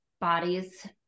bodies